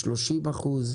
30%?